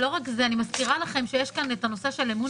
אני מזכירה לכם שיש כאן את הנושא של אמון